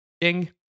Ding